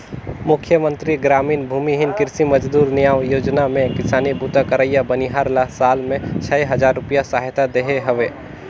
मुख्यमंतरी गरामीन भूमिहीन कृषि मजदूर नियाव योजना में किसानी बूता करइया बनिहार ल साल में छै हजार रूपिया सहायता देहे हवे